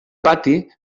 pati